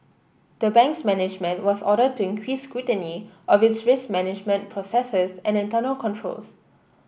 the bank's management was ordered to increase scrutiny of its risk management processes and internal controls